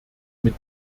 mit